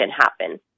happen